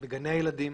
בגני הילדים,